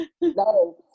No